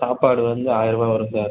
சாப்பாடு வந்து ஆயர ருபா வரும் சார்